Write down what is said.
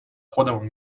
خودمون